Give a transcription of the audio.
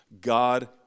God